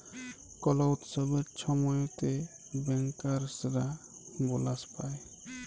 call উৎসবের ছময়তে ব্যাংকার্সরা বলাস পায়